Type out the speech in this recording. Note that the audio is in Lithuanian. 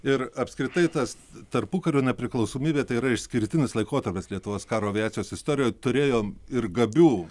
ir apskritai tas tarpukario nepriklausomybė tai yra išskirtinis laikotarpis lietuvos karo aviacijos istorijoje turėjom ir gabių